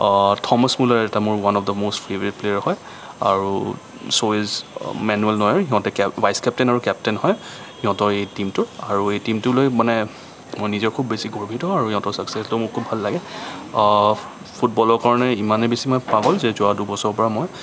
Thomas মোলাৰ এটা মোৰ one of the most favourite player হয় আৰু ছ'য়েজ মেনুৱেল নয়েৰ সিহঁতে ভাইচ কেপ্টেইন আৰু কেপ্টেইন হয় সিহঁতৰ এই টিমটো আৰু এই টিমটোলৈ মানে মই নিজেও খুব বেছি গৰ্বিত আৰু সিহঁতৰ ছাক্সেচ হ'লে মোৰ খুব ভাল লাগে ফুটবলৰ কাৰণে ইমানেই বেছি মই পাগল যে যোৱা দুবছৰৰ পৰা মই